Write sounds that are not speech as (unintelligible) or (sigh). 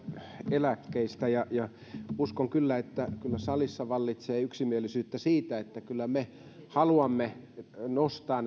eläkkeistä ja uskon kyllä että salissa vallitsee yksimielisyys siitä että kyllä me haluamme nostaa (unintelligible)